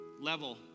level